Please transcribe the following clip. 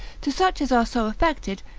to such as are so affected,